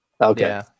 Okay